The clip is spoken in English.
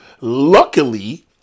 luckily